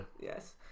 Yes